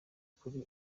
kuri